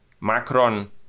Macron